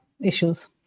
issues